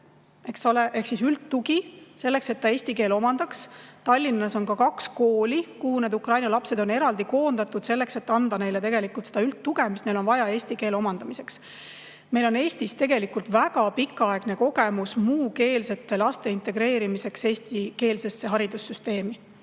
ehk siis üldtugi selleks, et eesti keel omandataks. Tallinnas on kaks kooli, kuhu need Ukraina lapsed on eraldi koondatud, selleks et anda neile seda üldtuge, mida neil on vaja eesti keele omandamiseks. Meil on Eestis tegelikult väga pikaaegne kogemus muukeelsete laste integreerimiseks eestikeelsesse haridussüsteemi.